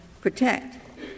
protect